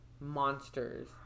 monsters